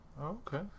okay